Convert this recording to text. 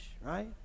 right